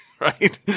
right